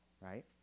right